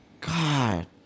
God